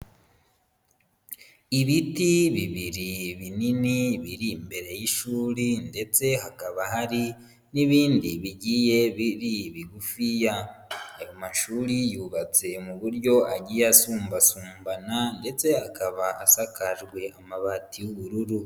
Ibiti bibiri binini biri imbere y'ishuri ndetse hakaba hari n'ibindi bigiye biri bigufiya. Ayo mashuri yubatse mu buryo agiye asumbasumbana ndetse akaba asakajwe amabati y'ubururu.